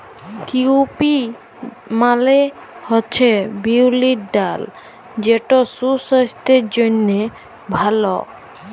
cowpea মালে হছে বিউলির ডাল যেট সুসাস্থের জ্যনহে ভাল